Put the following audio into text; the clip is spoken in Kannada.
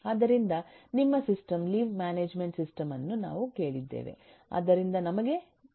ಆದ್ದರಿಂದ ನಿಮ್ಮ ಸಿಸ್ಟಮ್ ಲೀವ್ ಮ್ಯಾನೇಜ್ಮೆಂಟ್ ಸಿಸ್ಟಮ್ ಅನ್ನು ನಾವು ಕೇಳಿದ್ದೇವೆ ಆದ್ದರಿಂದ ನಮಗೆ ತಿಳಿಸಲಾಗಿದೆ